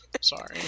Sorry